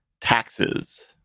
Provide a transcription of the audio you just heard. Taxes